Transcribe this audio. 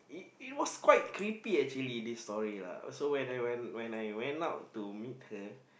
it it was quite creepy actually this story lah so when when when when I went out to meet her